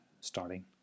starting